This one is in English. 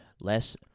less